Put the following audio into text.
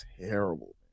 terrible